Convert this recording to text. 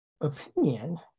opinion